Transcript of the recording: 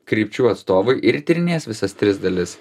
krypčių atstovai ir tyrinės visas tris dalis